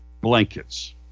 blankets